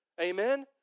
Amen